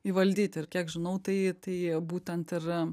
įvaldyti ir kiek žinau tai tai būtent ir